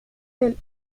del